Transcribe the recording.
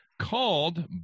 called